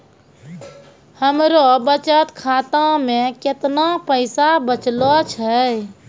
हमरो बचत खाता मे कैतना पैसा बचलो छै?